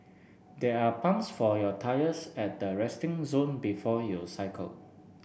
there are pumps for your tyres at the resting zone before you cycle